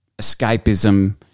escapism